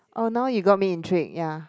oh now you got me intrigued ya